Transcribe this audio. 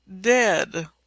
dead